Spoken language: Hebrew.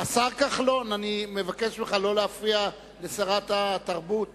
השר כחלון, אני מבקש ממך לא להפריע לשרת התרבות